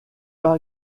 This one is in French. pas